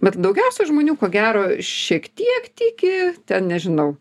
bet daugiausiai žmonių ko gero šiek tiek tiki ten nežinau